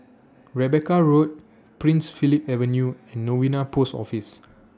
Rebecca Road Prince Philip Avenue and Novena Post Office